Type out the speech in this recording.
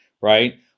right